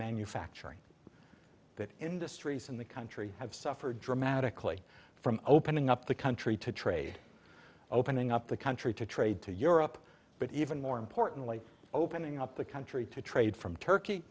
manufacturing that industries in the country have suffered dramatically from opening up the country to trade opening up the country to trade to europe but even more importantly opening up the country to trade from turkey